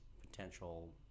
potential